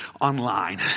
online